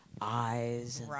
eyes